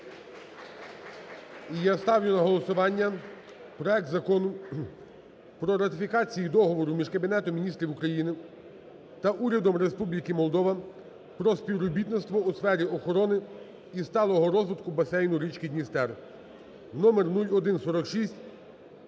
я ставлю на голосування проект Закону про ратифікацію Договору між Кабінетом Міністрів України та Урядом Республіки Молдова про співробітництво у сфері охорони і сталого розвитку басейну річки Дністер (№ 0146).